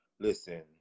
Listen